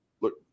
look